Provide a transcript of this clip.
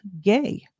gay